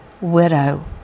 widow